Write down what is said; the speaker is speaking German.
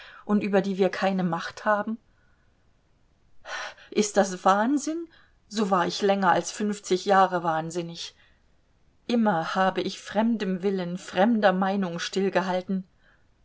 und über die wir keine macht haben ist das wahnsinn so war ich länger als fünfzig jahre wahnsinnig immer habe ich fremdem willen fremder meinung